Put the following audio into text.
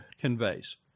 conveys